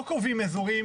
לא קובעים אזורים,